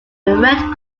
red